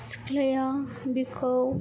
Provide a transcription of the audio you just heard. सिख्लाया बिखौ